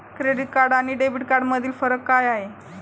Credit card आणि debit कार्डमधील फरक काय आहे?